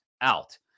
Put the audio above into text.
out